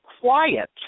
quiet